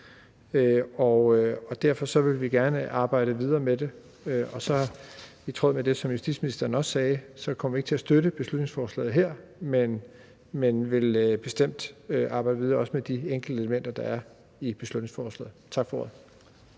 derfor vil vi gerne arbejde videre med det. I tråd med det, som justitsministeren også sagde, kommer vi ikke til at støtte beslutningsforslaget her, men vil bestemt arbejde videre, også med de enkelte elementer, der er i beslutningsforslaget. Tak for ordet.